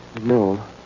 No